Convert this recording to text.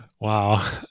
Wow